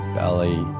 belly